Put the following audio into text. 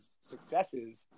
successes